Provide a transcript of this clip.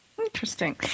Interesting